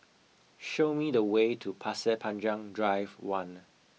show me the way to Pasir Panjang Drive one